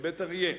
בבית-אריה,